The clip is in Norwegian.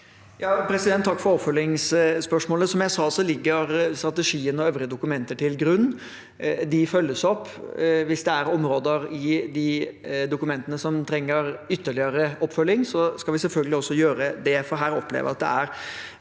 Takk for oppfølgingsspørsmålet. Som jeg sa: Strategien og øvrige dokumenter ligger til grunn, og de følges opp. Hvis det er områder i de dokumentene som trenger ytterligere oppfølging, skal vi selvfølgelig gjøre det,